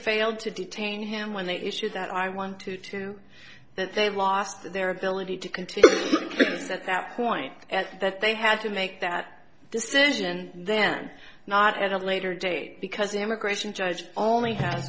failed to detain him when they issue that i wanted to that they lost their ability to continue this at that point that they had to make that decision then not at a later date because an immigration judge only ha